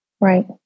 Right